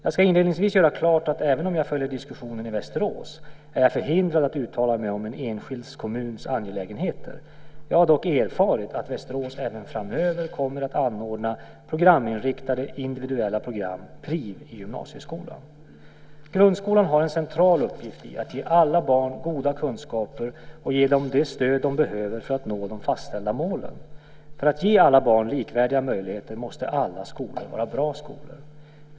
Jag ska inledningsvis göra klart att även om jag följer diskussionen i Västerås är jag förhindrad att uttala mig om en enskild kommuns angelägenheter. Jag har dock erfarit att Västerås även framöver kommer att anordna programinriktade individuella program, PRIV, i gymnasieskolan. Grundskolan har en central uppgift i att ge alla barn goda kunskaper och ge dem det stöd de behöver för att nå de fastställda målen. För att ge alla barn likvärdiga möjligheter måste alla skolor vara bra skolor.